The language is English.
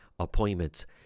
appointments